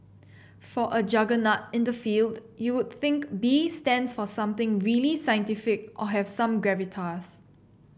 for a juggernaut in the field you would think B stands for something really scientific or have some gravitas